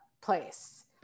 place